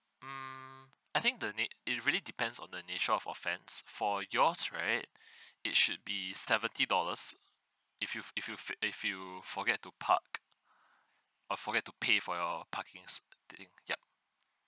mm I think the na~ it really depends on the nature of offence for yours right it should be seventy dollars if you if you fe~ if you forget to park uh forget to pay for your parking thing yup